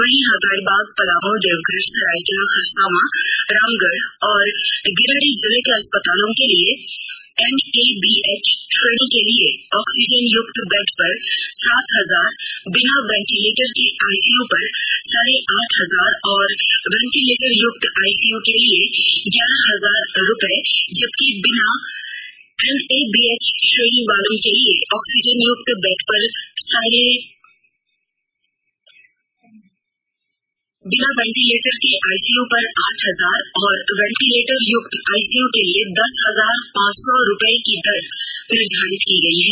वहीं हजारीबाग पलाम देवघर सरायकेला खरसावा रामगढ़ और गिरिडीह जिले के अस्पतालों के लिए एनएबीएच श्रेणी के लिए ऑक्सीजनयुक्त बेड पर सात हजार बिना वेंटीलेटर के आईसीयू पर साढ़े आठ हजार और वेंटीलेटरयूक्त आईसीयू के लिए ग्यारह हजार रूपये जबकि बिना एनएबीएच श्रेणी वालों के लिए ऑक्सीजनयुक्त बेड पर साढ़े हजार बिना वेंटीलेटर के आईसीयू पर आठ हजार और वेंटीलेटरयुक्त आईसीयू के लिए दस हजार पांच सौ रूपये की दर निर्धारित की गयी है